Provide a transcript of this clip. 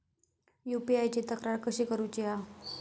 UPI ची तक्रार कशी करुची हा?